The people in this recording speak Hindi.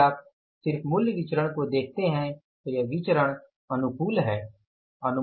यदि आप सिर्फ मूल्य विचरण को देखते हैं तो यह विचरण अनुकूल है